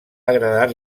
agradat